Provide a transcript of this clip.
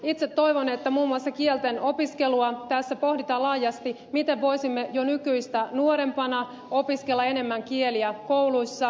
itse toivon että muun muassa kielten opiskelua tässä pohditaan laajasti miten voisimme jo nykyistä nuorempina opiskella enemmän kieliä kouluissa